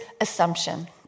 assumption